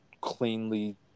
cleanly